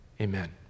Amen